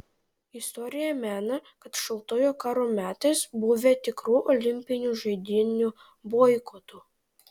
istorija mena kad šaltojo karo metais buvę tikrų olimpinių žaidynių boikotų